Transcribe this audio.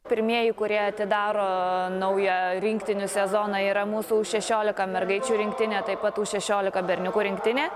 pirmieji kurie atidaro naują rinktinių sezoną yra mūsų šešiolika mergaičių rinktinė taip pat u šešiolika berniukų rinktinė